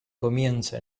comienza